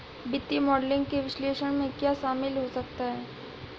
वित्तीय मॉडलिंग के विश्लेषण में क्या शामिल हो सकता है?